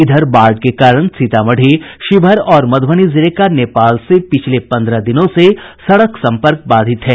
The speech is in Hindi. इधर बाढ़ के कारण सीतामढ़ी शिवहर और मध्रबनी जिले का नेपाल से पिछले पन्द्रह दिनों से सड़क सम्पर्क बाधित है